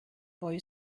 boy